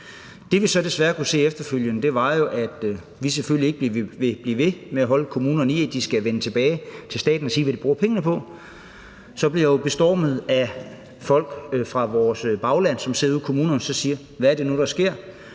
Det, vi så desværre kunne se efterfølgende, var, at vi selvfølgelig ikke kunne blive ved med at fastholde, at kommunerne skulle vende tilbage til staten og sige, hvad de brugte pengene på, og så blev jeg bestormet af folk fra vores bagland, som sad ude i kommunerne, og som spurgte: Hvad er det, der sker